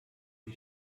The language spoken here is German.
sie